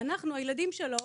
ואנחנו, הילדים שלו,